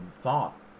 thought